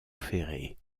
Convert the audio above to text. ferré